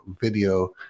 video